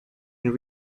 and